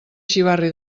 xivarri